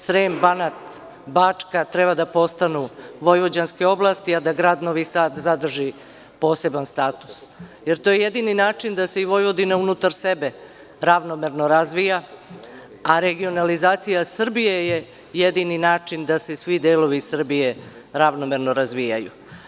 Srem, Banat i Bačka treba da postanu vojvođanske oblasti, a da grad Novi Sad zadrži poseban status, jer to je jedini način da se i Vojvodina unutar sebe ravnomerno razvija, a regionalizacija Srbije je jedini način da se svi delovi Srbije ravnomerno razvijaju.